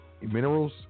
minerals